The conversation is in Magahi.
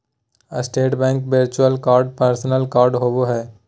state bank virtual card personal card होबो हइ